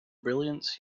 brilliance